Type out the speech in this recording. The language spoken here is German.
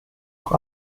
auch